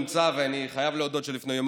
השר במשרד הביטחון נמצא,